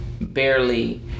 barely